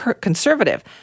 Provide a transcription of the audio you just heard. conservative